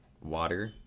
water